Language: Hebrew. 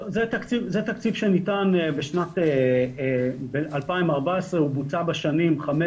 זה תקציב שניתן בשנת 2014. הוא בוצע בשנים 2015,